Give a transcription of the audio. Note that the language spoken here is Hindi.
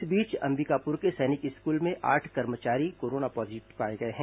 इस बीच अंबिकापुर के सैनिक स्कूल में आठ कर्मचारी कोरोना पॉजीटिव पाए गए हैं